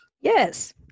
Yes